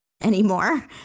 anymore